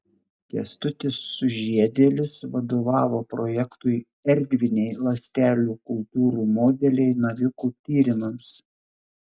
kęstutis sužiedėlis vadovavo projektui erdviniai ląstelių kultūrų modeliai navikų tyrimams